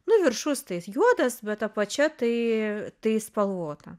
nu viršus tai juodas bet apačia tai tai spalvota